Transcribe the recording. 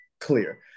clear